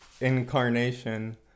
incarnation